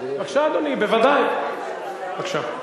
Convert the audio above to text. אדוני, בבקשה.